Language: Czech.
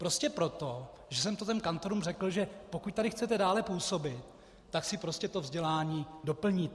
Prostě proto, že jsem těm kantorům řekl, že pokud tady chcete dále působit, tak si prostě vzdělání doplníte.